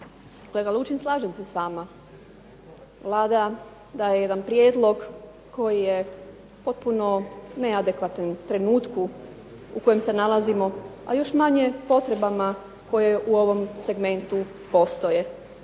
Kolega Lučin slažem se s vama. Vlada daje jedan prijedlog koji je potpuno neadekvatan u trenutku u kojem se nalazimo, a još manje potrebama koje u ovom segmentu postoje.